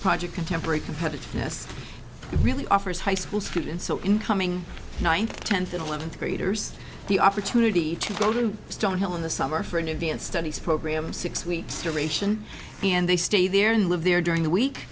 project contemporary competitiveness really offers high school students incoming ninth tenth and eleventh graders the opportunity to go to stone hill in the summer for an advanced studies program six weeks aeration and they stay there and live there during the week